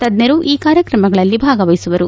ತಜ್ಞರು ಈ ಕಾರ್ಯಕ್ರಮಗಳಲ್ಲಿ ಭಾಗವಹಿಸುವರು